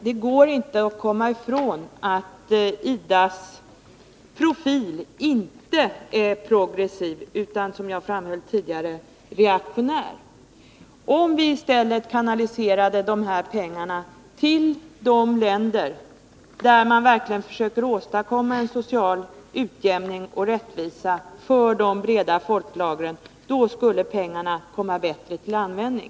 Det går inte att komma ifrån att IDA:s profil inte är progressiv utan — som jag framhöll tidigare — reaktionär. Om vi i stället kanaliserade de bär pengarna till de länder där man verkligen försöker åstadkomma en social utjämning och rättvisa för de breda folklagren, då skulle pengarna komma till bättre användning.